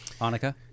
Annika